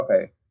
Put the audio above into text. Okay